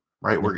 right